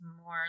more